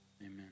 amen